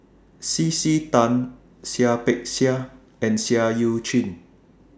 C C Tan Seah Peck Seah and Seah EU Chin